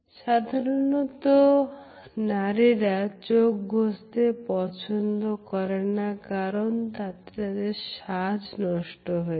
সাধারণ নারীরা চোখ ঘষতে পছন্দ করে না কারন তাতে তাদের সাজ নষ্ট হয়ে যায়